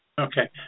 Okay